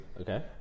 Okay